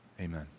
Amen